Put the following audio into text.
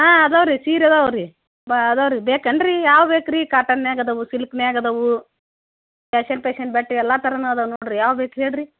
ಹಾಂ ಅದಾವೆ ರೀ ಸೀರೆ ಅದಾವೆ ರೀ ಬಾ ಅದಾವೆ ರೀ ಬೇಕೇನು ರೀ ಯಾವ ಬೇಕು ರೀ ಕಾಟನ್ಯಾಗ ಅದಾವೆ ಸಿಲ್ಕ್ನ್ಯಾಗ ಅದಾವೆ ಪ್ಯಾಷನ್ ಪ್ಯಾಷನ್ ಬಟ್ಟೆ ಎಲ್ಲ ಥರನು ಅದಾವೆ ನೋಡಿರಿ ಯಾವ ಬೇಕು ಹೇಳಿರಿ